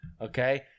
okay